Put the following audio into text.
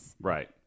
Right